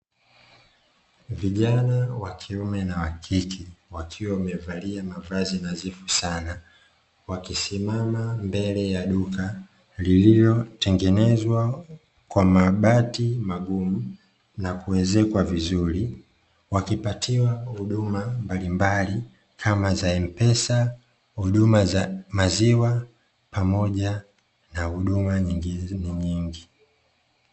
Vijana wa kiume na wa kike wakiwa wamevalia mavazi nadhifu sana, wakisimama mbele ya duka lililotengenezwa kwa mabati magumu na kuezekwa vizuri, wakipatiwa huduma mbalimbali kama za "M-Pesa", huduma za maziwa, pamoja na huduma zingine nyingi.